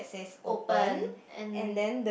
open and